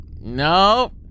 No